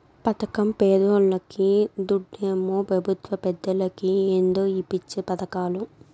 పదకం పేదోల్లకి, దుడ్డేమో పెబుత్వ పెద్దలకి ఏందో ఈ పిచ్చి పదకాలు